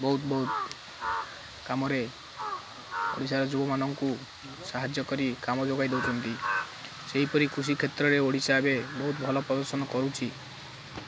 ବହୁତ ବହୁତ କାମରେ ଓଡ଼ିଶାର ଯୁବମାନଙ୍କୁ ସାହାଯ୍ୟ କରି କାମ ଯୋଗାଇ ଦେଉଛନ୍ତି ସେହିପରି କୃଷି କ୍ଷେତ୍ରରେ ଓଡ଼ିଶା ଏବେ ବହୁତ ଭଲ ପ୍ରଦର୍ଶନ କରୁଛି